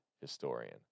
historian